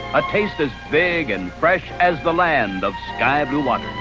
a taste as big and fresh as the land of sky blue waters.